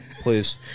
Please